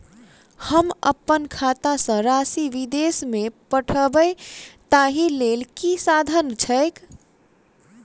हम अप्पन खाता सँ राशि विदेश मे पठवै ताहि लेल की साधन छैक?